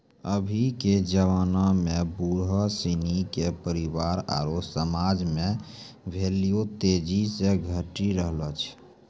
अभी के जबाना में बुढ़ो सिनी के परिवार आरु समाज मे भेल्यू तेजी से घटी रहलो छै